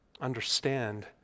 Understand